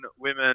women